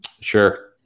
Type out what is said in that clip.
Sure